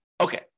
Okay